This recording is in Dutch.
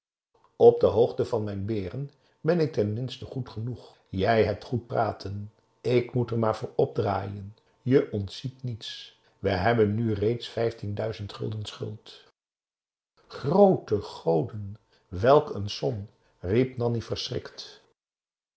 op de hoogte van mijn beeren ben ik ten minste goed genoeg jij hebt goed praten ik moet er maar voor opdraaien je ontziet niets we hebben nu reeds vijftien duizend gulden schuld groote goden welk een som riep nanni verschrikt